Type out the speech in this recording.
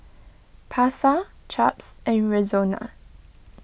Pasar Chaps and Rexona